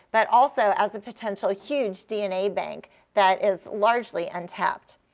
but also as a potentially huge dna bank that is largely untapped.